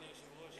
אדוני היושב-ראש,